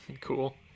Cool